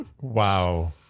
Wow